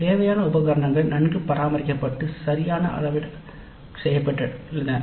தேவையான உபகரணங்கள் நன்கு பராமரிக்கப்பட்டு சரியாக அளவீடு செய்யப்பட்டன